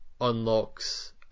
unlocks